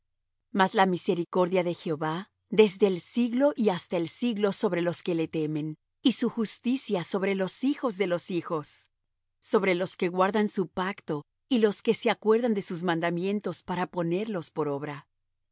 más mas la misericordia de jehová desde el siglo y hasta el siglo sobre los que le temen y su justicia sobre los hijos de los hijos sobre los que guardan su pacto y los que se acuerdan de sus mandamientos para ponerlos por obra